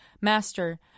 Master